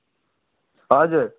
हजुर